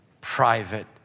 private